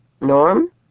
Norm